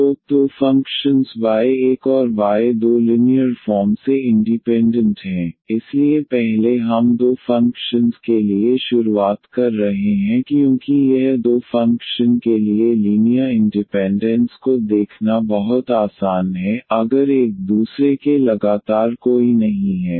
तो दो functions y1 और y2 लिनीयर फॉर्म से इंडीपेन्डन्ट हैं इसलिए पहले हम दो फ़ंक्शंस के लिए शुरुआत कर रहे हैं क्योंकि यह दो फ़ंक्शन के लिए लीनियर इंडिपेंडेंस को देखना बहुत आसान है अगर एक दूसरे के लगातार कोई नहीं है